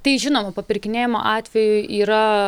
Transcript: tai žinoma papirkinėjimo atvejų yra